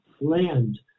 land